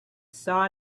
saw